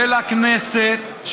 של הכנסת.